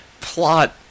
plot